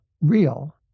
real